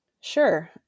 Sure